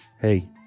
Hey